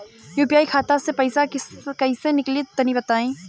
UPI खाता से पइसा कइसे निकली तनि बताई?